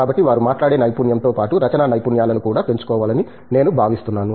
కాబట్టి వారు మాట్లాడే నైపుణ్యంతో పాటు రచనా నైపుణ్యాలను కూడా పెంచుకోవాలని నేను భావిస్తున్నాను